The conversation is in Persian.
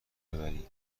ببری